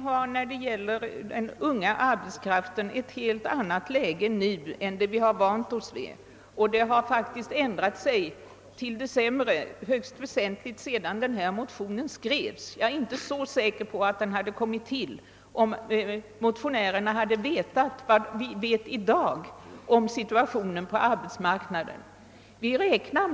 Herr talman! För den unga arbetskraften är läget nu ett helt annat än det vi vant oss vid. Det har faktiskt ändrats högst väsentligt till det sämre sedan denna motion skrevs. Jag är inte säker på att den hade kommit till, om motionärerna hade vetat vad vi vet i dag om situationen på arbetsmarknaden. Vi räknar